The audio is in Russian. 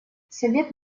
совет